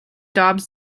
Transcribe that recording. dobbs